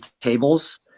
tables